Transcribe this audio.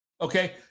Okay